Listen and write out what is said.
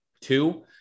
two